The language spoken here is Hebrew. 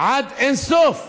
עד אין-סוף.